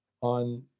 On